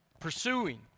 pursuing